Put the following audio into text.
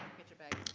get your bag.